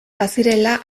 bazirela